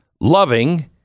loving